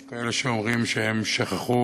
יש כאלה שאומרים שהם שכחו